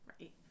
Right